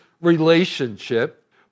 relationship